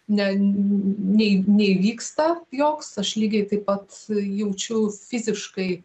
ne nei neįvyksta joks aš lygiai taip pat jaučiu fiziškai